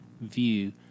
view